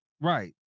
Right